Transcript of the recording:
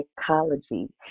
psychology